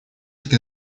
таки